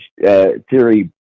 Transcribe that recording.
theory